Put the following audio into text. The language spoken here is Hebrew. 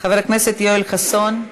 חבר הכנסת יואל חסון,